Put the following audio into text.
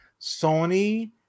Sony